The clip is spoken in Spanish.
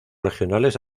regionales